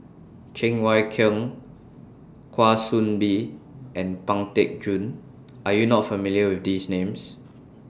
Cheng Wai Keung Kwa Soon Bee and Pang Teck Joon Are YOU not familiar with These Names